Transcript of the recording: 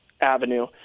avenue